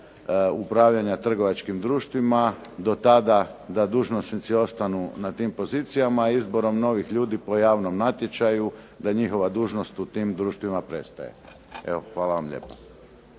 upravljanja trgovačkim društvima, do tada da dužnosnici ostanu na tim pozicija izborom novih ljudi po javnom natječaju da njihova dužnost u tim društvima prestaje. Evo, hvala vam lijepa.